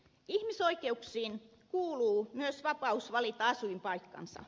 ihmisoikeuksiin kuuluu myös vapaus valita asuinpaikkansa